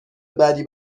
بدی